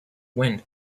wind